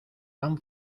tan